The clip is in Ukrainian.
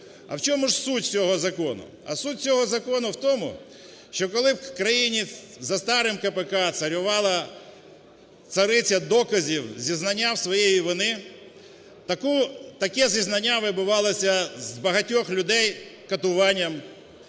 А в чому ж суть цього закону? А суть цього закону в тому, що, коли в країні за старим КПК царювала цариця доказів – зізнання своєї вини – таке зізнання вибивалося з багатьох людей катуванням,